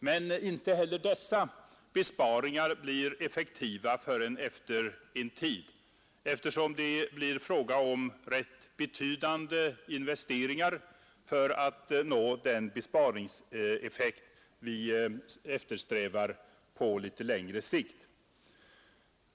Men inte heller dessa besparingar blir effektiva förrän efter en tid, eftersom det blir fråga om rätt betydande investeringar för att nå den besparingseffekt vi eftersträvar på litet längre sikt.